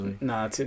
nah